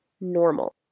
normal